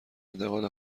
انتقال